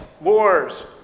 wars